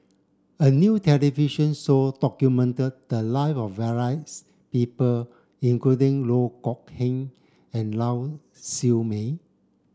a new television show documented the live of various people including Loh Kok Heng and Lau Siew Mei